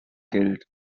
geld